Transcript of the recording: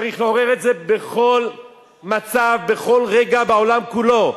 צריך לעורר את זה בכל מצב, בכל רגע בעולם כולו.